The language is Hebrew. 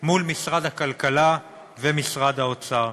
מול משרד הכלכלה ומשרד האוצר.